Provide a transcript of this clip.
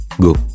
Go